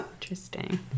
Interesting